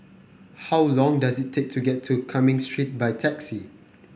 how long does it take to get to Cumming Street by taxi